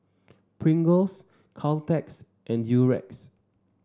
Pringles Caltex and Durex